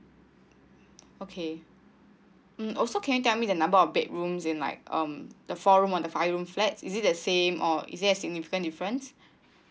okay mm also can you tell me the number of bedrooms in like um the four room or the five room flats is it the same or is it a significant difference